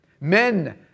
men